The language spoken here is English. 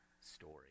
Story